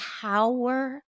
power